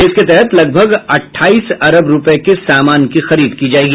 इसके तहत लगभग अट्ठाईस अरब रुपए के सामान की खरीद की जाएगी